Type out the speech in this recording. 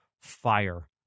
fire